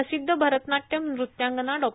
प्रसिद्ध भरतनाट्यम नृत्यांगना डॉ